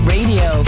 Radio